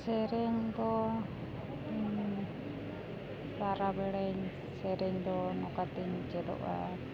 ᱥᱮᱨᱮᱧ ᱫᱚ ᱥᱟᱨᱟ ᱵᱮᱲᱟᱧ ᱥᱮᱨᱮᱧ ᱫᱚ ᱱᱚᱝᱠᱟ ᱛᱤᱧ ᱪᱮᱫᱚᱜᱼᱟ